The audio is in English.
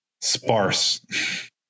Sparse